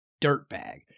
dirtbag